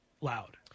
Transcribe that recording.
loud